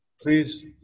Please